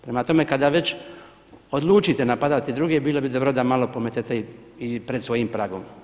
Prema tome, kada već odlučite napadati druge bilo bi dobro da malo pometete i pred svojim pragom.